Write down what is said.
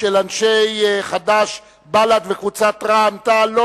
של קבוצת חד"ש, קבוצת בל"ד וקבוצת רע"ם-תע"ל.